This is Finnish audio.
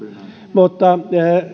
mutta